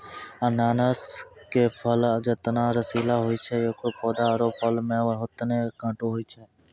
अनानस के फल जतना रसीला होय छै एकरो पौधा आरो फल मॅ होतने कांटो होय छै